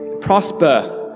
prosper